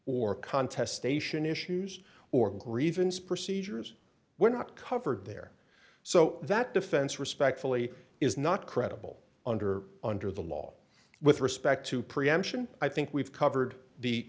or contest station issues or grievance procedures were not covered there so that defense respectfully is not credible under under the law with respect to preemption i think we've covered the